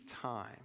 time